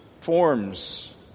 forms